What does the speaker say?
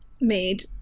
made